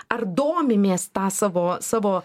ar domimės ta savo savo